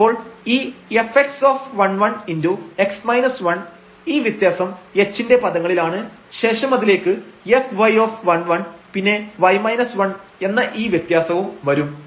അപ്പോൾ ഈ fx11× ഈ വ്യത്യാസം h ന്റെ പദങ്ങളിലാണ് ശേഷം അതിലേക്ക് fy11 പിന്നെ എന്ന ഈ വ്യത്യാസവും വരും